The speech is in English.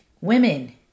women